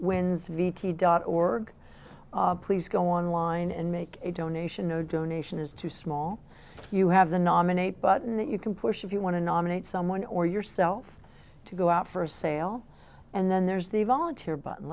vitti dot org please go online and make a donation no donation is too small you have the nominate button that you can push if you want to nominate someone or yourself to go out for a sail and then there's the volunteer but